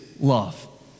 love